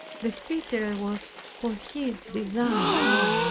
the fitter i was for his designs.